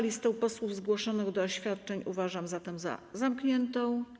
Listę posłów zgłoszonych do oświadczeń uważam zatem za zamkniętą.